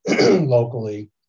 locally